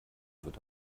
wird